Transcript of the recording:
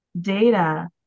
data